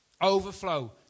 Overflow